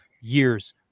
years